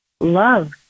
Love